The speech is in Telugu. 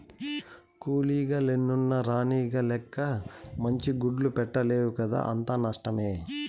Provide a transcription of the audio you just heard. కూలీగ లెన్నున్న రాణిగ లెక్క మంచి గుడ్లు పెట్టలేవు కదా అంతా నష్టమే